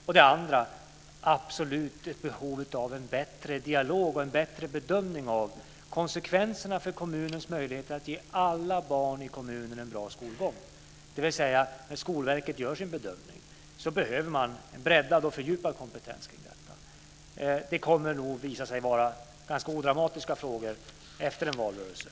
Vidare finns det absolut ett behov av en bättre dialog och en bättre bedömning av konsekvenserna för kommunens möjligheter att ge alla barn i kommunen en bra skolgång. Det betyder att man när Skolverket gör sin bedömning behöver man en breddad och fördjupad kompetens i detta avseende. Det här kommer nog att visa sig vara ganska odramatiska frågor efter en valrörelse.